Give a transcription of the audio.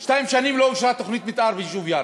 32 שנים לא אושרה תוכנית מתאר ביישוב ירכא,